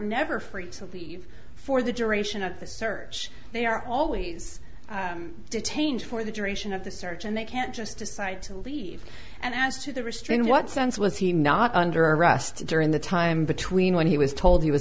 never free to leave for the duration of the search they are always detained for the duration of the search and they can't just decide to leave and as to the restrain what sense was he not under arrest during the time between when he was told he was